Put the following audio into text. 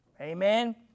Amen